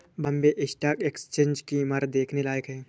Bombay stock exchange की इमारत देखने लायक है